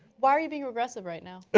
why are you being aggressive right now?